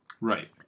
Right